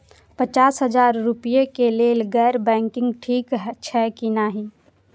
पचास हजार रुपए के लेल गैर बैंकिंग ठिक छै कि नहिं?